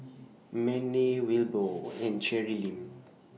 Manie Wilbur and Cherilyn